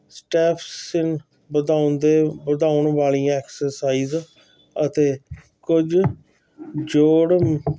steps ਵਧਾਉਂਦੇ ਵਧਾਉਣ ਵਾਲੀਆਂ ਐਕਸਰਸਾਈਜ਼ ਅਤੇ ਕੁਝ ਜੋੜ